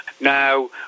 Now